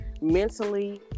mentally